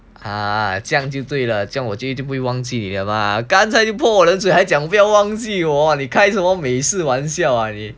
啊这样就对了我就一定不会忘记你了吗刚才泼我冷水还讲不要忘记我你开什么美食玩笑你